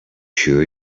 sure